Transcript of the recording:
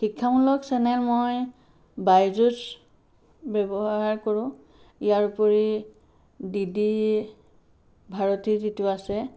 শিক্ষামূলক চেনেল মই বাইজোছ ব্যৱহাৰ কৰো ইয়াৰ উপৰি ডি ডি ভাৰতী যিটো আছে